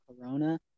Corona